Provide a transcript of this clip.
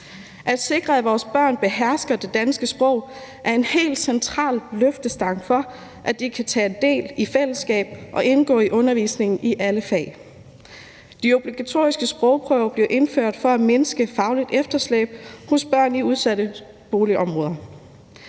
At sikre, at vores børn behersker det danske sprog, er en helt central løftestang for, at de kan tage del i fællesskabet og indgå i undervisningen i alle fag. De obligatoriske sprogprøver blev indført for at mindske fagligt efterslæb hos børn i udsatte boligområder.